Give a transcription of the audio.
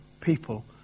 people